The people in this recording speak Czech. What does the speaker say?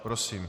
Prosím.